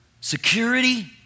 security